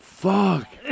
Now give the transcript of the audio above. Fuck